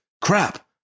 crap